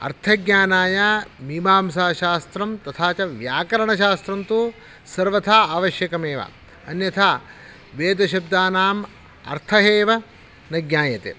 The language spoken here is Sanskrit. अर्थज्ञानाय मीमांसाशास्त्रं तथा च व्याकरणशास्त्रं तु सर्वदा आवश्यकम् एव अन्यथा वेदशब्दानाम् अर्थः एव न ज्ञायते